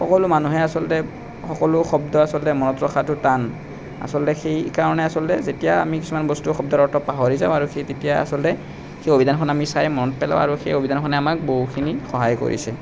সকলো মানুহে আচলতে সকলো শব্দ আচলতে মনত ৰখাটো টান আচলতে সেইকাৰণে আচলতে যেতিয়া আমি কিছুমান বস্তু শব্দৰ অৰ্থ পাহৰি যাওঁ আৰু সেই তেতিয়া আচলতে সেই অভিধানখন আমি চাই মনত পেলাওঁ আৰু সেই অভিধানখনে আমাক বহুখিনি সহায় কৰিছে